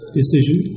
decision